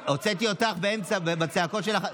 הוצאתי אותך באמצע, בצעקות שלך.